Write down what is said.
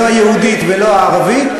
לא היהודית ולא הערבית,